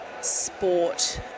sport